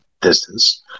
distance